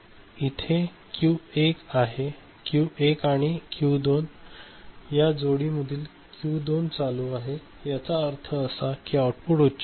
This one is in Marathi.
तर इथे क्यू 1 आणि क्यू 2 या जोडी मधील Q2 चालू आहे याचा अर्थ असा की आउटपुट उच्च आहे